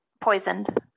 poisoned